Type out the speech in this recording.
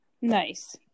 nice